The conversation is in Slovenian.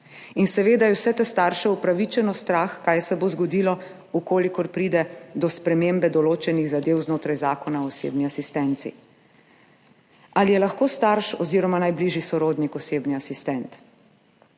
Seveda je vse te starše upravičeno strah, kaj se bo zgodilo, če pride do spremembe določenih zadev znotraj Zakona o osebni asistenci. Ali je lahko starš oziroma najbližji sorodnik osebni asistent?